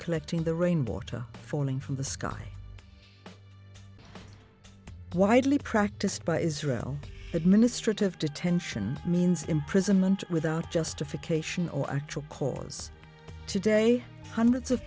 collecting the rain water falling from the sky widely practiced by israel administrative detention means imprisonment without justification or actual cause today hundreds of